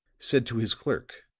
said to his clerk